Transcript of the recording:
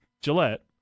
Gillette